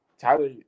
Tyler